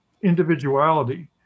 individuality